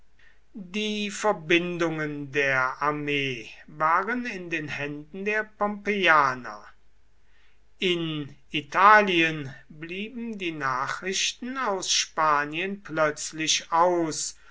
die verbindungen der armee waren in den händen der pompeianer in italien blieben die nachrichten aus spanien plötzlich aus